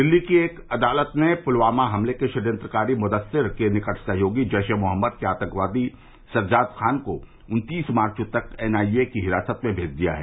दिल्ली की एक अदालत ने पुलवामा हमले के षडयंत्रकारी मुदस्सिर के निकट सहयोगी जैश ए मोहम्मद के आतंकवादी सज्जाद खान को उन्तीस मार्च तक एनआईए की हिरासत में भेज दिया है